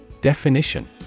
Definition